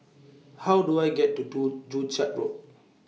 How Do I get to Do Joo Chiat Road